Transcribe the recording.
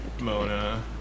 Mona